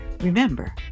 remember